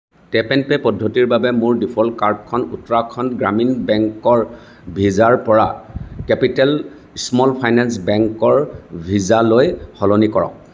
tap and pay পদ্ধতিৰ বাবে মোৰ ডিফল্ট কাৰ্ডখন উত্তৰাখণ্ড গ্ৰামীণ বেংকৰ ভিছাৰ পৰা কেপিটেল স্মল ফাইনেন্স বেংকৰ ভিছালৈ সলনি কৰক